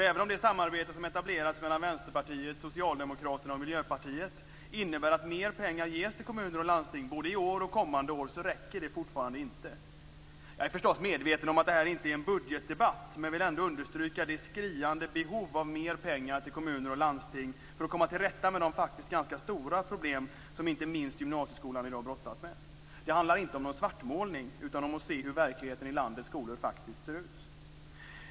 Även om det samarbete som etablerats mellan Vänsterpartiet, Socialdemokraterna och Miljöpartiet innebär att mer pengar ges till kommuner och landsting, både i år och kommande år, räcker det fortfarande inte. Jag är förstås medveten om att det här inte är en budgetdebatt men vill ändå understryka det skriande behovet av mer pengar till kommuner och landsting för att komma till rätta med de faktiskt ganska stora problem som inte minst gymnasieskolan i dag brottas med. Det handlar inte om någon svartmålning utan om att se hur verkligheten i landets skolor faktiskt ser ut.